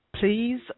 please